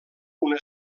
una